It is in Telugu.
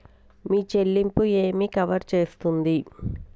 మీ చెల్లింపు ఏమి కవర్ చేస్తుంది?